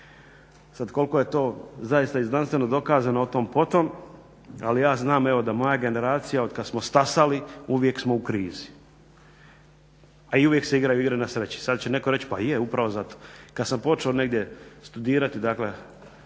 Sad koliko je to zaista i znanstveno dokazano o tom potom, ali ja znam da moja generacija otkad smo stasali uvijek smo u krizi, a i uvijek se igraju igre na sreću. I sad će netko reći pa i je, upravo zato. Kad sam počeo studirati, dakle